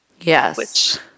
Yes